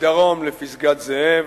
מדרום לפסגת-זאב,